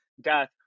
death